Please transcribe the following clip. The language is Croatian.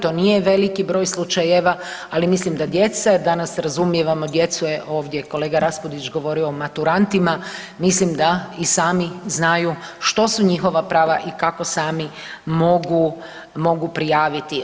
To nije veliki broj slučajeva, ali mislim da djeca danas … [[ne razumije se]] djecu je ovdje kolega Raspudić govorio o maturantima, mislim da i sami znaju što su njihova prava i kako sami mogu prijaviti.